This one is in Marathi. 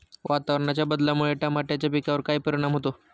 वातावरणाच्या बदलामुळे टमाट्याच्या पिकावर काय परिणाम होतो?